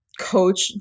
coach